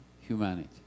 humanity